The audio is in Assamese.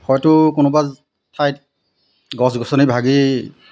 হয়তো কোনোবা ঠাইত গছ গছনি ভাগি